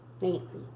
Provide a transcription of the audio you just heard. Nancy